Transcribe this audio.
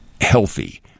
healthy